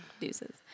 Deuces